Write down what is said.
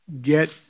get